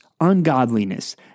ungodliness